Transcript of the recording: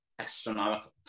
astronomical